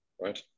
right